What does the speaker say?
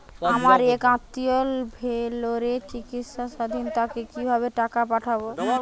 আমার এক আত্মীয় ভেলোরে চিকিৎসাধীন তাকে কি ভাবে টাকা পাঠাবো?